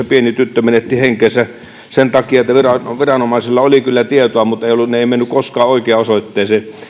pieni tyttö menetti henkensä sen takia että viranomaisilla oli kyllä tietoja mutta ne eivät menneet koskaan oikeaan osoitteeseen